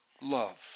Love